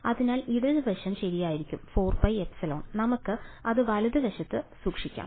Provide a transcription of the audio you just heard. അതിനാൽ ഇടത് വശം ശരിയായിരിക്കും 4πε നമുക്ക് അത് വലതുവശത്ത് സൂക്ഷിക്കാം